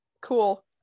Cool